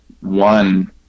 one